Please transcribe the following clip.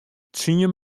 tsien